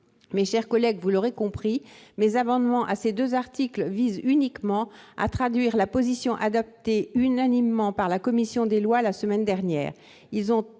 Mes chers collègues, vous l'aurez compris, les deux amendements que j'ai déposés sur ces deux articles visent uniquement à traduire la position adoptée unanimement par la commission des lois la semaine dernière. Le